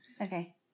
Okay